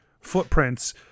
footprints